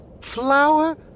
Flower